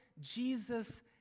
Jesus